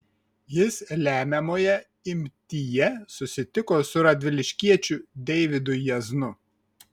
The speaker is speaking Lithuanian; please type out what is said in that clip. jis lemiamoje imtyje susitiko su radviliškiečiu deividu jaznu